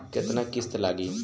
केतना किस्त लागी?